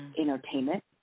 entertainment